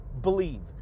believe